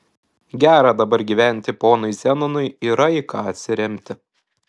gera dabar gyventi ponui zenonui yra į ką atsiremti